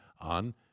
on